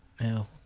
No